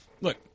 look